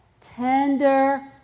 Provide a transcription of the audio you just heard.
Tender